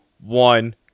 one